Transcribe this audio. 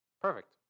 Perfect